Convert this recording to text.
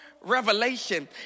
revelation